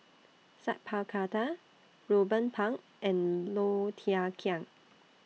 Sat Pal Khattar Ruben Pang and Low Thia Khiang